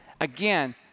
Again